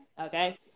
Okay